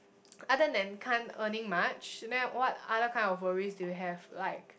other than can't earning much then what other kind of worries do you have like